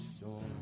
storm